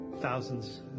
thousands